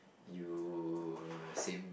you same